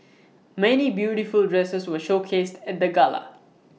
many beautiful dresses were showcased at the gala